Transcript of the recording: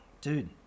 dude